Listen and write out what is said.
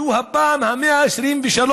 זאת הפעם ה-123,